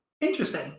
interesting